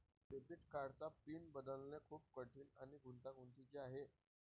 debit कार्डचा PIN बदलणे खूप कठीण आणि गुंतागुंतीचे आहे